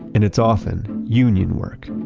and it's often union work.